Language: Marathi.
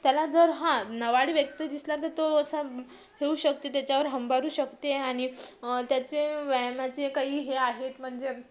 त्याला जर हा नवाडी व्यक्ती दिसला तर तो असा हे होऊ शकतो त्याच्यावर हंबरू शकते आणि त्याचे व्यायामाचे काही हे आहेत म्हणजे